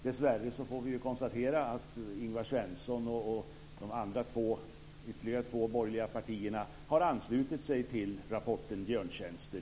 Dessvärre får vi konstatera att Ingvar Svenssons parti och de ytterligare två borgerliga partierna i huvudsak har anslutit sig till rapporten Björntjänster.